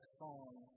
song